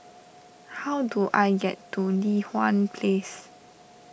how do I get to Li Hwan Place